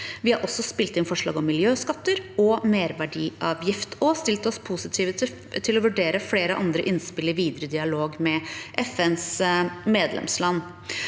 Vi har også spilt inn forslag om miljøskatter og merverdiavgift, og vi har stilt oss positive til å vurdere flere andre innspill i videre dialog med FNs medlemsland.